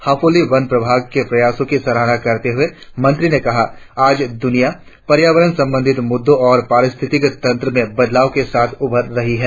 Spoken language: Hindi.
हापोली वन प्रभाग के प्रयासों की सराहना करते हुए मंत्री ने कहा आज दुनिया पर्यावरण संबंधी मुद्दों और पारिस्थितिक तंत्र में बदलाव के साथ उभर रही है